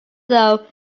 though